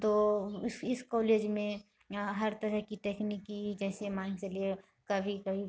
तो उस इस कॉलेज में यहाँ हर तरह की टेकनिक जैसे मान के चलिए कभी कभी